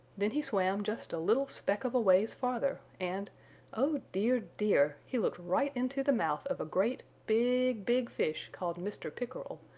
then he swam just a little speck of a ways farther and oh dear, dear! he looked right into the mouth of a great big, big fish called mr. pickerel,